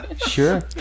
Sure